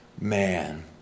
man